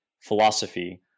philosophy